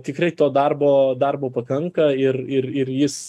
tikrai to darbo darbo pakanka ir ir ir jis